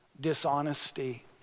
dishonesty